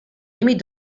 límit